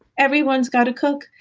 everyone's gotta cook.